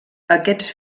aquests